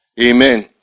Amen